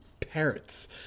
parrots